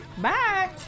Bye